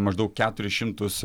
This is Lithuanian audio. maždaug keturis šimtus